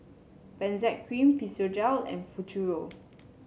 Benzac Cream Physiogel and Futuro